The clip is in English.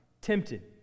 tempted